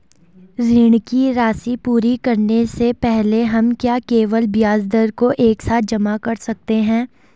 ऋण की राशि पूरी करने से पहले हम क्या केवल ब्याज दर को एक साथ जमा कर सकते हैं?